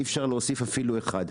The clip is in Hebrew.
אי אפשר להוסיף אפילו אחד.